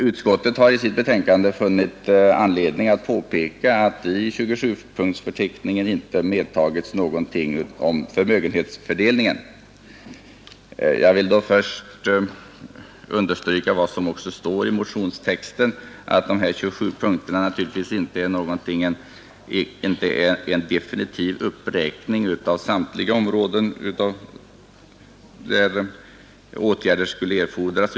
Utskottet har i sitt betänkande funnit anledning att påpeka att det i 27-punktsförteckningen inte medtagits någonting om förmögenhetsfördelningen. Jag vill då först framhålla — något som också står i motionstexten — att det här naturligtvis inte är en definitiv uppräkning av samtliga områden där åtgärder skulle erfordras.